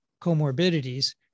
comorbidities